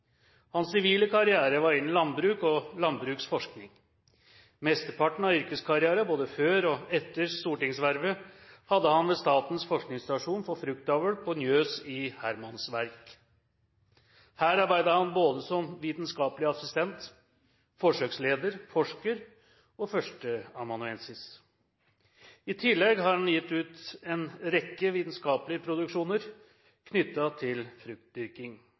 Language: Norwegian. Hans sivile karriere var innen landbruk og landbruksforskning. Mesteparten av yrkeskarrieren, både før og etter stortingsvervet, hadde han ved Statens forskningsstasjon for fruktavl på Njøs i Hermansverk. Her arbeidet han både som vitenskapelig assistent, forsøksleder, forsker og førsteamanuensis. I tillegg har han gitt ut en rekke vitenskapelige produksjoner knyttet til fruktdyrking.